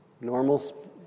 normal